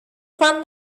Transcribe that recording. from